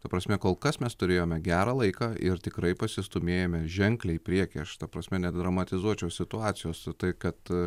ta prasme kol kas mes turėjome gerą laiką ir tikrai pasistūmėjome ženkliai priekyje aš ta prasme nedramatizuočiau situacijos tai kad